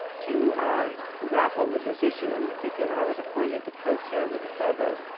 to grapple with this issue. in particular, i was appointed to co-chair with the provost.